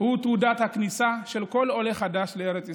הוא תעודת הכניסה של כל עולה חדש לארץ ישראל.